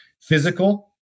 physical